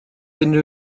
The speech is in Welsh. unrhyw